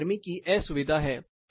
यह गर्मी की असुविधा है